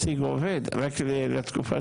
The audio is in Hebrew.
להשיג עובד, רק לתקופה